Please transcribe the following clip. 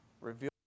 reveal